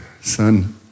son